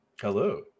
Hello